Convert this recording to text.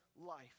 life